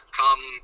come